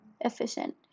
efficient